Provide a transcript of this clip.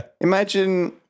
imagine